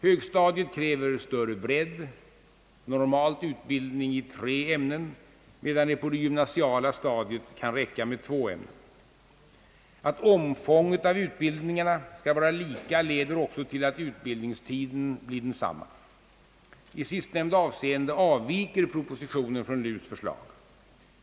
Högstadiet kräver större bredd, normalt utbildning i tre ämnen, medan det på de gymnasiala stadiet kan räcka med två ämnen. Att omfånget av utbildningarna skall vara lika, leder till att utbildningstiden blir densamma. I sistnämnda avseende avviker propositionen från lärarutbildningssakkunnigas förslag.